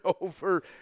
over